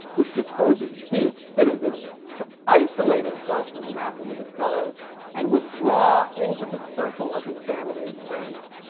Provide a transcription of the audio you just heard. which exposes each citizen to isolate himself from the masses of his fellows and withdraw into the circle of his family and friends.